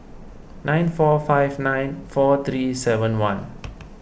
nine four five nine four three seven one